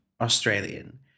Australian